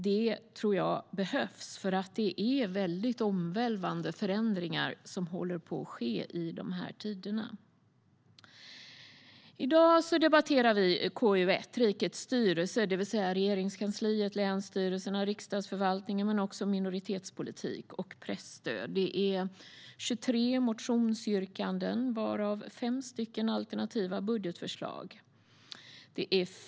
Det behövs eftersom det sker omvälvande förändringar i dessa tider. I dag debatterar vi betänkandet KU1, Rikets styrelse , vilket omfattar Regeringskansliet, länsstyrelserna, Riksdagsförvaltningen, minoritetspolitiken och presstödet. Det finns 23 motionsyrkanden, varav fem alternativa budgetförslag.